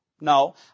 No